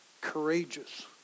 courageous